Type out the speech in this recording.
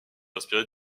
inspiré